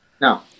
No